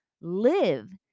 live